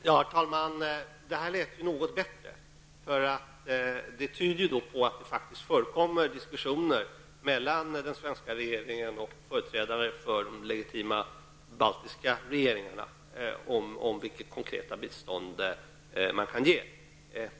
Herr talman! Detta lät något bättre. Det tyder på att det faktiskt förekommer diskussioner mellan den svenska regeringen och företrädare för de legitima baltiska regeringarna om vilket konkret bistånd Sverige kan ge.